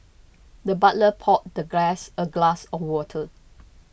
the butler poured the guest a glass of water